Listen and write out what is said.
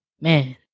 man